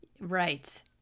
Right